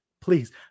please